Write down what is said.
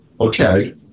okay